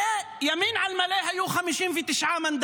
הרי ימין על מלא היו 59 מנדטים.